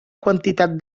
quantitat